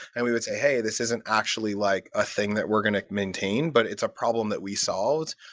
and we would say, hey, this isn't actually like a thing that we're going to maintain, but it's a problem that we solved.